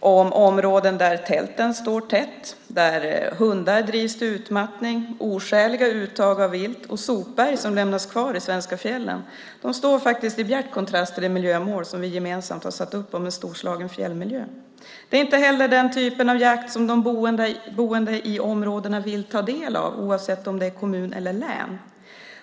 om områden där tälten står tätt, där hundar drivs till utmattning, oskäliga uttag av vilt och sopberg som lämnas kvar i svenska fjällen står i bjärt kontrast till de miljömål som vi gemensamt har satt upp för en storslagen fjällmiljö. Det är inte heller den typen av jakt som de boende i områdena vill ta del av, oavsett om det är kommun eller län.